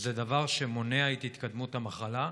זה דבר שמונע את התקדמות המחלה.